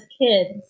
kids